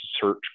search